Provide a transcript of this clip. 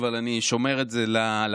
אבל אני שומר את זה לעתיד,